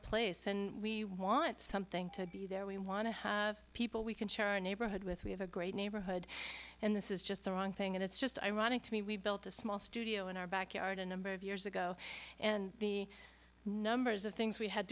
place and we want something to be there we want to have people we can share our neighborhood with we have a great neighborhood and this is just the wrong thing and it's just ironic to me we built a small studio in our backyard a number of years ago and the numbers of things we had